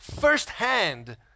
firsthand